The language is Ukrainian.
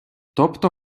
тобто